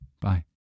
Bye